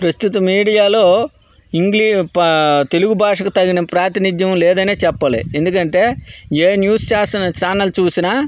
ప్రస్తుత మీడియాలో ఇంగ్లీ పా తెలుగు భాషకు తగిన ప్రాతినిధ్యం లేదనే చెప్పాలి ఎందుకంటే ఏ న్యూస్ చాసస్ ఛానల్ చూసిన